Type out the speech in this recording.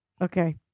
Okay